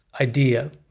idea